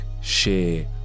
share